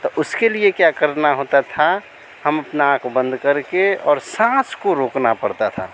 तो उसके लिए क्या करना होता था हम अपनी आँख बंद करके और साँस को रोकना पड़ता था